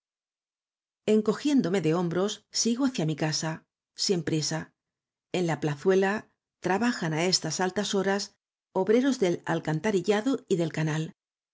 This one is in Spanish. en la barrica encogiéndome de hombros sigo hacia mi casa sin prisa e n la plazuela trabajan á estas altas horas obreros del alcantarillado y del canal